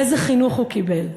איזה חינוך הוא קיבל,